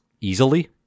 easily